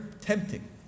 tempting